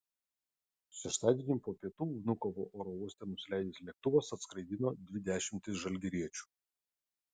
šeštadienį po pietų vnukovo oro uoste nusileidęs lėktuvas atskraidino dvi dešimtis žalgiriečių